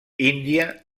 índia